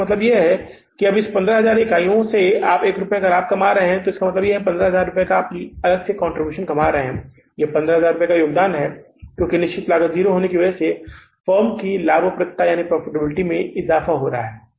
तो इसका मतलब है कि अब इस 15000 इकाइयों से 1 रुपये हम कमा रहे हैं तो इसका मतलब है कि हम 15000 रुपये का योगदान कमा रहे हैं और यह है कि 15000 का योगदान है क्योंकि निश्चित लागत 0 होने की वजह से फर्म की लाभप्रदता में इज़ाफा हो रहा है